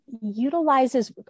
utilizes